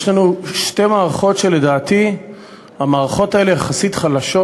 יש לנו שתי מערכות שלדעתי הן יחסית חלשות,